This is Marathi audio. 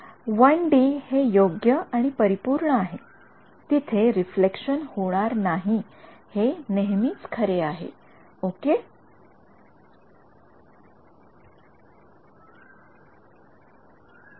वन डी हे योग्यपरिपूर्ण आहे तिथे रिफ्लेक्शन होणार नाही हे नेहमीच खरे आहे ओके